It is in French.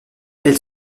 elle